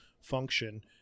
function